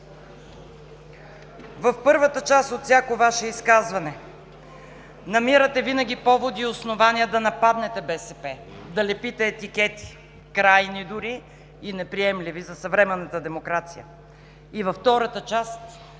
В първата част от всяко Ваше изказване намирате винаги повод и основание да нападнете БСП, да лепите етикети, дори крайни и неприемливи за съвременната демокрация. Във втората част